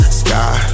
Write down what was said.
sky